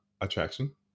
Attraction